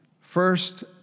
First